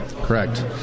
Correct